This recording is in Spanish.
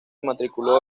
matriculó